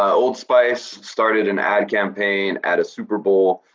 old spice started an ad campaign at a superbowl,